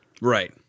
Right